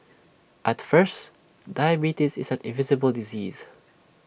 at first diabetes is an invisible disease